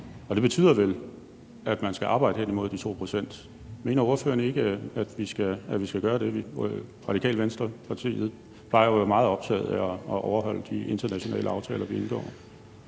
det betyder vel, at man skal arbejde hen imod de 2 pct. Mener ordføreren ikke, at vi skal gøre det? Radikale Venstre plejer jo at være meget optaget af at overholde de internationale aftaler, vi indgår.